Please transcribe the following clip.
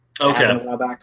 Okay